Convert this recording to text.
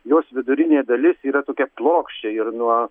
jos vidurinė dalis yra tokia plokščia ir nuo